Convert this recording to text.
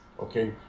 Okay